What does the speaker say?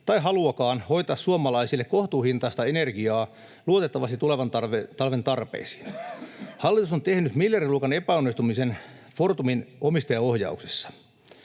tai haluakaan hoitaa suomalaisille kohtuuhintaista energiaa luotettavasti tulevan talven tarpeisiin. Hallitus on tehnyt miljardiluokan epäonnistumisen Fortumin omistajaohjauksessa.